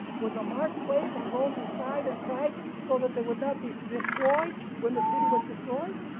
was a mark placed on those who sighed and cried so that they would not be destroyed when the city was destroyed.